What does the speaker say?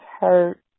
hurt